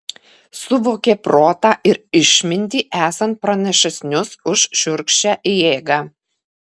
suvokė protą ir išmintį esant pranašesnius už šiurkščią jėgą